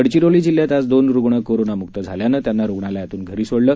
गडचिरोली जिल्ह्यात आज दोन रुग्ण कोरोनाम्क्त झाल्यानं त्यांना घरी सोडलं